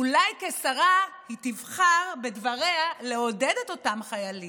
אולי כשרה היא תבחר בדבריה לעודד את אותם חיילים.